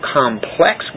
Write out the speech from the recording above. complex